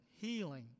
healing